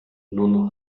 nur